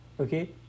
Okay